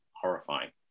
horrifying